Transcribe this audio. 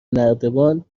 نردبان